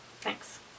Thanks